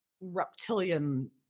reptilian